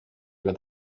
aga